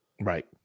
Right